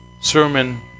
sermon